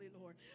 Lord